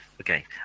Okay